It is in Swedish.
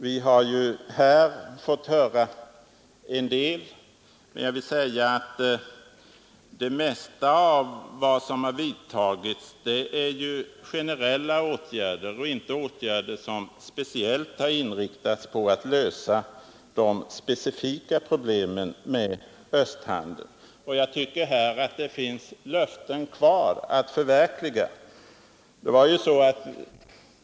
Vi har ju här fått höra en del, men det —L—— ——— mesta av vad som vidtagits är ju generella åtgärder och inte åtgärder som Åtgärder för att speciellt inriktats på att lösa de specifika problemen i samband med främja handeln med Östeuropa östhandeln. Jag tycker att det här finns löften kvar att uppfylla.